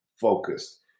focused